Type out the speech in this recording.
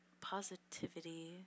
positivity